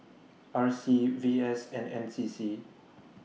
R C V S and N C C